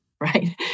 right